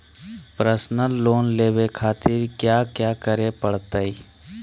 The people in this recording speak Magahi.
पर्सनल लोन लेवे खातिर कया क्या करे पड़तइ?